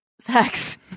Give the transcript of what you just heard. sex